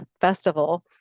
Festival